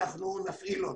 אנחנו נפעיל אותו.